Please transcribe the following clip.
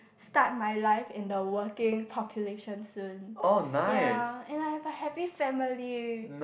start my life in the working population soon ya and I've a happy family